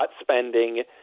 spending